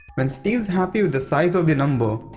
when steve's happy with the size of the number,